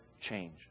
change